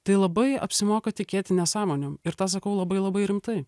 tai labai apsimoka tikėti nesąmonėm ir tą sakau labai labai rimtai